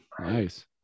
nice